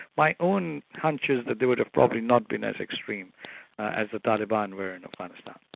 my own hunch is that they would have probably not been as extreme as the taliban were in afghanistan.